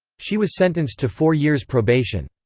she was sentenced to four years' probation.